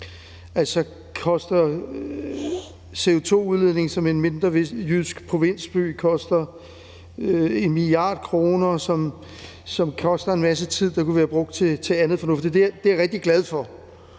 altså har en CO2-udledning som en mindre jysk provinsby og koster 1. mia. kr. og en masse tid, som vi kunne have brugt til andet fornuftigt. Det er jeg rigtig glad for.